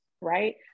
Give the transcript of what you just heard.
right